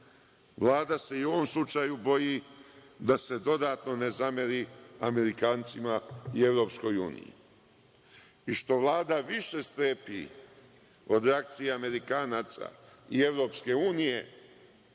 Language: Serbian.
Vlada se i u ovom slučaju boji da se dodatno ne zameri Amerikancima i EU, i što Vlada više strepi od reakcija Amerikanaca i EU, to je